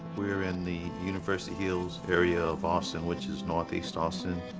we're in the university hills area of austin, which is northeast austin.